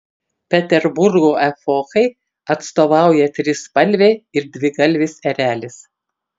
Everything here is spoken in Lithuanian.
peterburgo epochai atstovauja trispalvė ir dvigalvis erelis